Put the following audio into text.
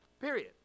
period